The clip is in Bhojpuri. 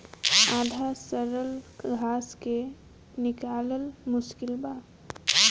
आधा सड़ल घास के निकालल मुश्किल बा